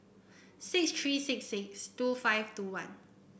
six three six six two five two one